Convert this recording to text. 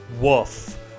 Woof